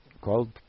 called